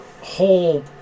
whole